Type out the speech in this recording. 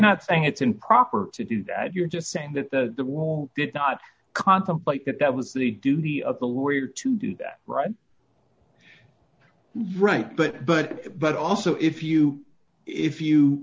not saying it's improper to do that you're just saying that the wall did not contemplate that that was the duty of the lawyer to do that right right but but but also if you if you